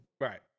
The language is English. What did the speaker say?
Right